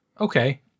okay